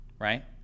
right